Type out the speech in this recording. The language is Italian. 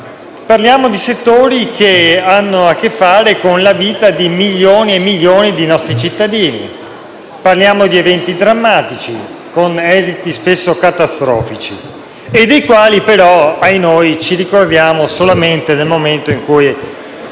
parliamo di settori che hanno a che fare con la vita di milioni e milioni di nostri cittadini. Parliamo di eventi drammatici, con esiti spesso catastrofici, dei quali però, ahinoi, ci ricordiamo solamente nel momento in cui